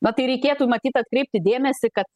na tai reikėtų matyt atkreipti dėmesį kad